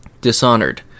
Dishonored